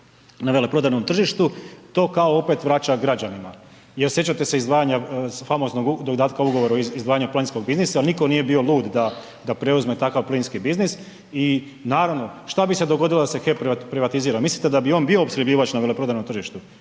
na veleprodajnom tržištu to kao opet vraća građanima. Jer sjećate se izdvajanja famoznog dodatka ugovoru o izdvajanju plinskog biznisa jer nitko nije bio da preuzme takav plinski biznis i naravno šta bi se dogodilo da se HEP privatizira, mislite da bi on bio opskrbljivač na veleprodajnom tržištu,